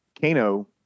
Kano